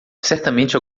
certamente